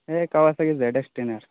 এই Kawasaki Z X ten R